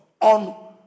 on